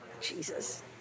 Jesus